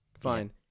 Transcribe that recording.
Fine